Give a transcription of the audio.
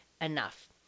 enough